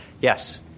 Yes